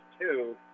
two